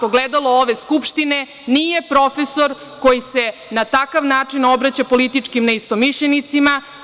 Ogledalo ove Skupštine nije profesor koji se na takav način obraća političkim neistomišljenicima.